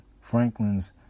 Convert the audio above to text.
Franklin's